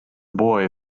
boy